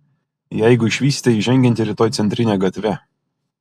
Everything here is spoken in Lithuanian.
jeigu išvysite jį žengiantį rytoj centrine gatve